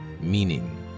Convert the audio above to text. meaning